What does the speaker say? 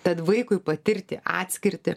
tad vaikui patirti atskirtį